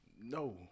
No